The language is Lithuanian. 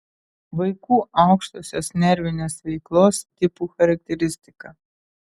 vaikų aukštosios nervinės veiklos tipų charakteristika